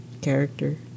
character